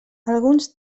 alguns